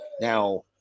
Now